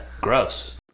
Gross